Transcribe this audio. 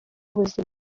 ubuzima